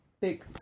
big